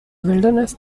wilderness